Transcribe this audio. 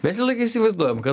mes visą laiką įsivaizduojam kad